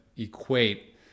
equate